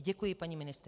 Děkuji, paní ministryně.